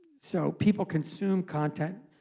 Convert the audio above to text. so people consume content.